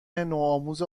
نوآموز